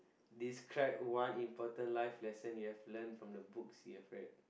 describe one important life lesson you have learnt from the books you've read